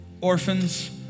orphans